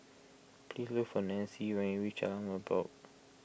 please look for Nanci when you reach Jalan Merbok